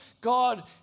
God